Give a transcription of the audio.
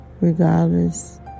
regardless